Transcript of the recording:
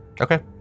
Okay